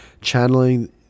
channeling